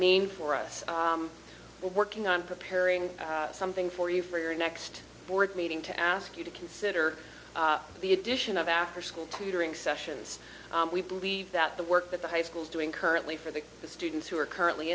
mean for us working on preparing something for you for your next board meeting to ask you to consider the addition of after school tutoring sessions we believe that the work that the high schools doing currently for the students who are currently